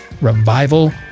revival